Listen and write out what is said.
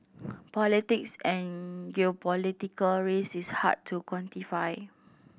politics and geopolitical risk is hard to quantify